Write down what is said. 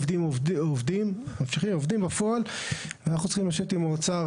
עובדים בפועל ואנחנו צריכים לשבת עם האוצר,